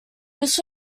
this